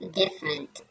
different